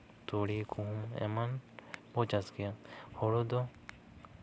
ᱛᱩᱲᱤ ᱜᱩᱦᱩᱢ ᱮᱢᱟᱱ ᱠᱚ ᱪᱟᱥ ᱜᱮᱭᱟ ᱦᱳᱲᱳ ᱫᱚ